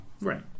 Right